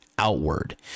outward